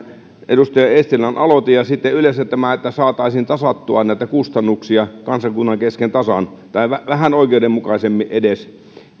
edustaja eestilän aloite ja sitten yleensä tämä että saataisiin tasattua näitä kustannuksia kansakunnan kesken tasan tai edes vähän oikeudenmukaisemmin